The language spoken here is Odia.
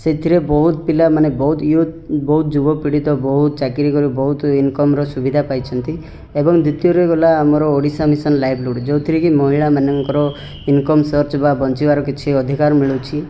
ସେଥିରେ ବହୁତ ପିଲାମାନେ ବହୁତ ୟୁଥ୍ ବହୁତ ଯୁବପିଢ଼ି ତ ବହୁତ ଚାକିରି କରି ବହୁତ ଇନକମ୍ର ସୁବିଧା ପାଇଛନ୍ତି ଏବଂ ଦ୍ୱିତୀୟରେ ଗଲା ଆମର ଓଡ଼ିଶା ମିଶନ୍ ଲାଇଭଲିହୁଡ଼୍ ଯେଉଁଥିରେ କି ମହିଳାମାନଙ୍କର ଇନକମ୍ ସର୍ଚ୍ଚ ବା ବଞ୍ଚିବାର କିଛି ଅଧିକାର ମିଳୁଛି